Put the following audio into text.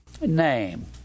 name